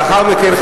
לאחר מכן,